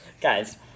guys